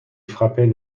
frappait